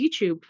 YouTube